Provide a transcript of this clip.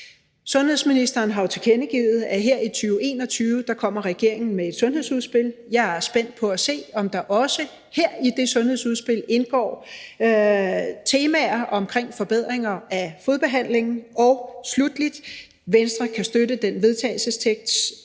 Sundhedsministeren har jo tilkendegivet, at regeringen her i 2021 kommer med et sundhedsudspil. Jeg er spændt på at se, om der også her i det sundhedsudspil indgår temaer om forbedringer af fodbehandling. Og sluttelig: Venstre kan støtte den vedtagelsestekst,